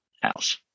house